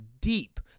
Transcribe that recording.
deep